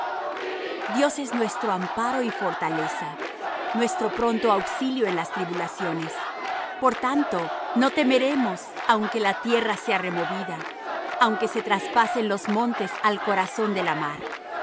dios es nuestro amparo y fortaleza nuestro pronto auxilio en las tribulaciones por tanto no temeremos aunque la tierra sea removida aunque se traspasen los montes al corazón de la mar